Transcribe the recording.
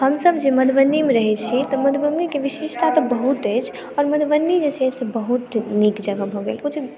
हमसभ जे मधुबनीमे रहै छी तऽ मधुबनीक विशेषता तऽ बहुत अछि मधुबनी जे छै से बहुत नीक जगह भऽ गेल अछि